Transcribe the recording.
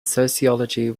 sociology